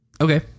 Okay